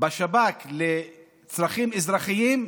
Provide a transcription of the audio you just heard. בשב"כ לצרכים אזרחיים,